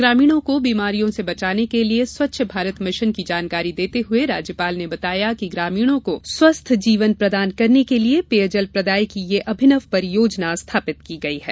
ग्रामीणों को बीमारियों से बचाने के लिये स्वच्छ भारत मिशन की जानकारी देते हुए राज्यपाल ने बताया कि ग्रामीणों को स्वस्थ जीवन प्रदान करने के लिये पेयजल प्रदाय की यह अभिनव परियोजना स्थापित की गई है